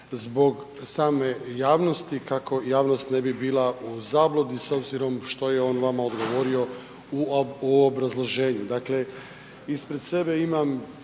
zbog same javnosti kako javnost ne bi bila u zabludi s o obzirom što je on vama odgovorio u obrazloženju. Dakle, ispred sebe imam